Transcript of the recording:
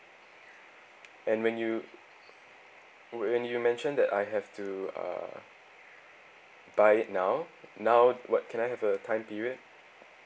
and when you when you mentioned that I have to uh buy it now now what can I have a time period